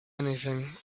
anything